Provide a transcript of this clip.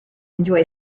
enjoy